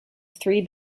three